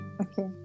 Okay